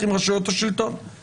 על פניו זה הסדר ממצה,